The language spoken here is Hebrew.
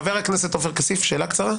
חבר הכנסת עופר כסיף, שאלה קצרה.